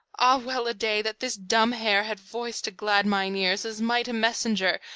ah well-a-day, that this dumb hair had voice to glad mine ears, as might a messenger,